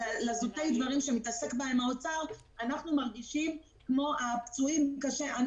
אנחנו מרגישים כמו פצועים קשה,